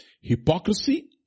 hypocrisy